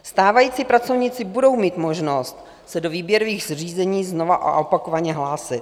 Stávající pracovníci budou mít možnost se do výběrových řízení znova a opakovaně hlásit.